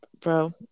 bro